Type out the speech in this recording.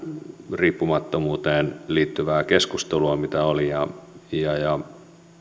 riippumattomuuteen liittyvää keskustelua ja ja